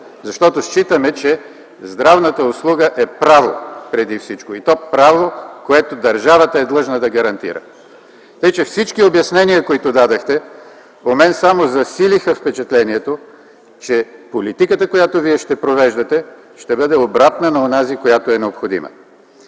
защото считаме, че здравната услуга е преди всичко право. Право, което държавата е длъжна да гарантира. Тъй че всички обяснения, които дадохте, само засилиха у мен впечатлението, че политиката, която Вие ще провеждате, ще бъде обратна на онази, която е необходима.